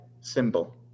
symbol